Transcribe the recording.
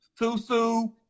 Susu